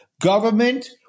government